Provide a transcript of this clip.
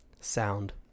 Sound